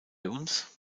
uns